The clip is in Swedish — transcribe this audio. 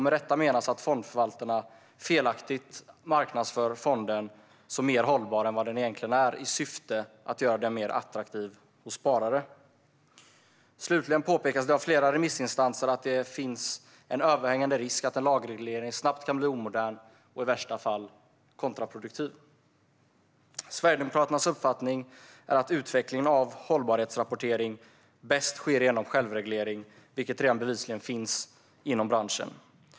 Med detta menas att fondförvaltaren felaktigt marknadsför fonden som mer hållbar än den egentligen är i syfte att göra den mer attraktiv för sparare. Slutligen påpekas det av flera remissinstanser att det finns en överhängande risk att en lagreglering snabbt blir omodern och i värsta fall kontraproduktiv. Sverigedemokraternas uppfattning är att utvecklingen av hållbarhetsrapportering bäst sker genom självreglering, som bevisligen redan finns inom branschen.